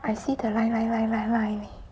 I see the line line line line line